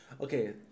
Okay